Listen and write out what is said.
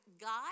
God